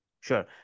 Sure